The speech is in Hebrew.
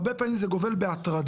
הרבה פעמים זה גובל בהטרדה.